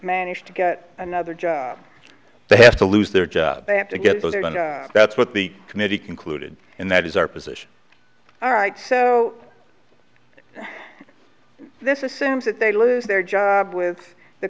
manage to get another job they have to lose their job they have to get those and that's what the committee concluded and that is our position all right so this is that they lose their job with the